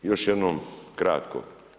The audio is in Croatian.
Još jednom kratko.